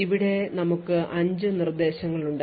ഇവിടെ ഞങ്ങൾക്ക് 5 നിർദ്ദേശങ്ങളുണ്ട്